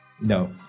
No